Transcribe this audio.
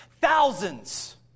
thousands